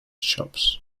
shops